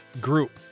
group